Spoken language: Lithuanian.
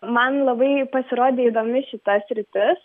man labai pasirodė įdomi šita sritis